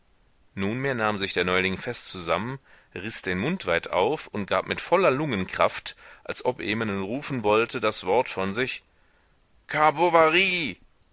nunmehr nahm sich der neuling fest zusammen riß den mund weit auf und gab mit voller lungenkraft als ob er jemanden rufen wollte das wort von sich